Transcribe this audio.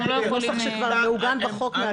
זה נוסח שכבר מעוגן בחוק מהצו הקודם.